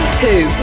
two